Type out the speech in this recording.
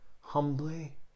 humbly